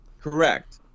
Correct